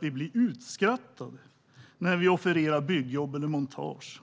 De blir utskrattade när de offererar byggjobb och montage